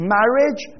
Marriage